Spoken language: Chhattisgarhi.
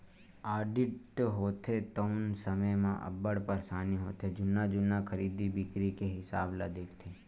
आडिट होथे तउन समे म अब्बड़ परसानी होथे जुन्ना जुन्ना खरीदी बिक्री के हिसाब ल देखथे